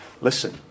Listen